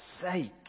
sake